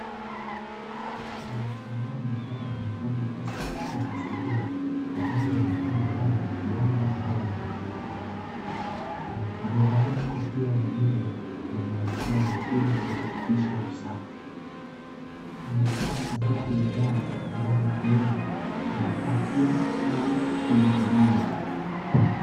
Ni mtaalamu wa dawa akifanya kazi katika mazingira yanaonekana kama kiwanda au duka la dawa amevalia kofia ya nywele na barakoa ili kuhakikisha usafi anashika sanduku la dawa ambalo huenda anapakia au kulikagua.